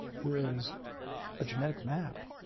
whereas a genetic map,